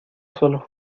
solo